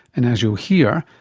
and as you'll hear,